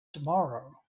tomorrow